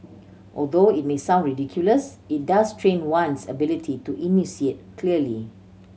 although it may sound ridiculous it does train one's ability to enunciate clearly